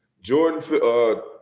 Jordan